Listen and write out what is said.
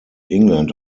england